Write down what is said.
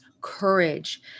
courage